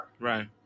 Right